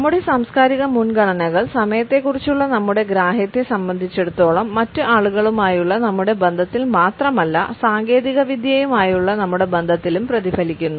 നമ്മുടെ സാംസ്കാരിക മുൻഗണനകൾ സമയത്തെക്കുറിച്ചുള്ള നമ്മുടെ ഗ്രാഹ്യത്തെ സംബന്ധിച്ചിടത്തോളം മറ്റ് ആളുകളുമായുള്ള നമ്മുടെ ബന്ധത്തിൽ മാത്രമല്ല സാങ്കേതികവിദ്യയുമായുള്ള നമ്മുടെ ബന്ധത്തിലും പ്രതിഫലിക്കുന്നു